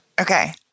Okay